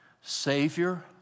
Savior